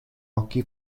occhi